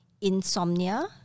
insomnia